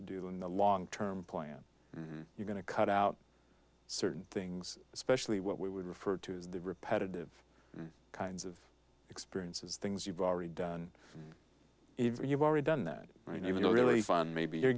to do in the long term plan you're going to cut out certain things especially what we would refer to as the repetitive kinds of experiences things you've already done if you've already done that you know really fun maybe you're